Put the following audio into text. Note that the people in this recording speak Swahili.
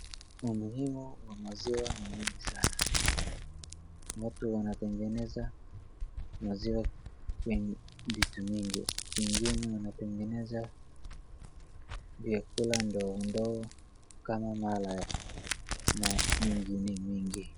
Umuhimu wa maziwa ni mingi sana. Watu wanatengeneza maziwa kwenye vitu mingi. Wengine wanatengeneza vyakula ndogo ndogo kama mala na mengine mengi.